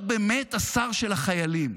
להיות באמת השר של החיילים,